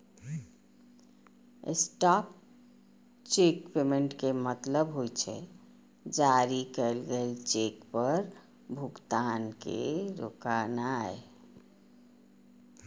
stop cheque payment के मतलब होइ छै, जारी कैल गेल चेक पर भुगतान के रोकनाय